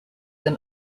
than